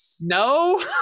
no